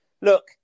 look